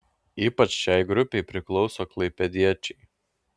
ypač šiai grupei priklauso klaipėdiečiai